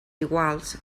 iguals